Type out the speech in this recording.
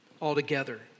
altogether